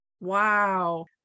Wow